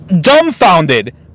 dumbfounded